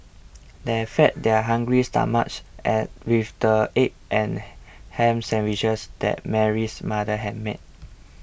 they fed their hungry stomachs with the egg and ham sandwiches that Mary's mother had made